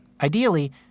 Ideally